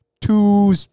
two